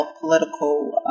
political